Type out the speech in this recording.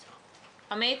עמית,